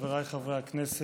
חבריי חברי הכנסת,